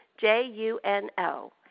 J-U-N-O